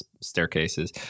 staircases